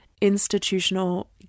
institutional